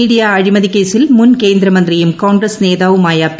media അഴിമതി കേസിൽ മുൻ കേന്ദ്രമന്ത്രിയും കോൺഗ്രസ് നേതാവുമായ പി